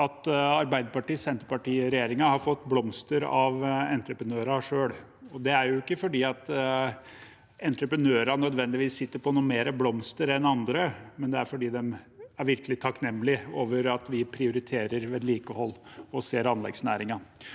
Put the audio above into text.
Arbeiderparti–Senterparti-regjeringen har fått blomster av entreprenørene selv. Det er ikke fordi entreprenørene nødvendigvis sitter på noe mer blomster enn andre, men det er fordi de er virkelig takknemlig for at vi prioriterer vedlikehold og ser anleggsnæringen.